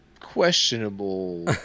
Questionable